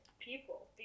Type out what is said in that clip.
People